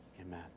Amen